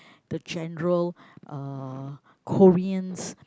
the general uh Koreans